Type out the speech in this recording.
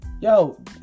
Yo